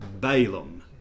Balaam